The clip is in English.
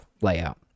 layout